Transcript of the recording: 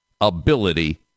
ability